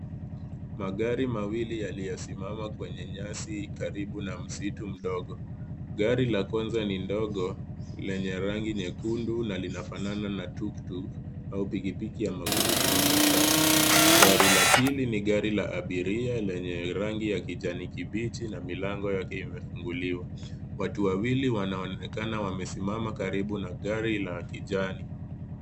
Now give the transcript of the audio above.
Magari mawili yaliyosimama kwenye nyasi karibu na msitu mdogo. Gari la kwanza ni ndogo lenye rangi nyekundu na linafanana na tuk tuk au pikipiki ya magurudumu matatu. Gari la pili ni gari la abiria lenye rangi ya kijani kibichi na milango yake imefunguliwa. Watu wawili wanaonekana wamesimama karibu na gari la kijani.